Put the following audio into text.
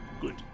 good